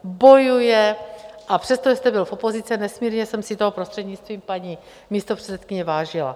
Bojuje, a přestože jste byl v opozici, nesmírně jsem si toho, prostřednictvím paní místopředsedkyně, vážila.